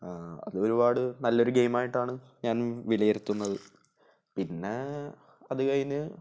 അത് ഒരുപാട് നല്ല ഒരു ഗെയ്മായിട്ടാണ് ഞാൻ വിലയിരുത്തുന്നത് പിന്നെ അത് കഴിഞ്ഞ്